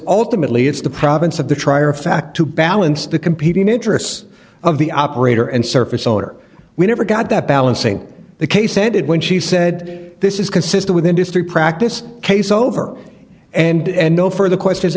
alternately it's the province of the trier of fact to balance the competing interests of the operator and surface owner we never got that balancing the case ended when she said this is consistent with industry practice case over and no further questions